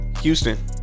Houston